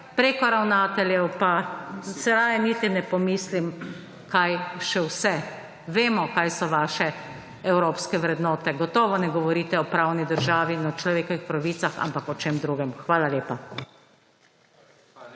preko ravnateljev pa, raje niti ne pomislim kaj še vse. Vemo kaj so vaše evropske vrednote. Gotovo ne govorite o pravni državi in o človekovih pravicah, ampak o čem drugem. Hvala lepa.